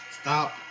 stop